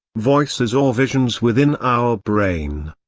voices or visions within our brain.